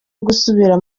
gusubira